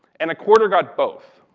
and a quarter got both,